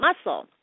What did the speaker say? muscle